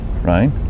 Right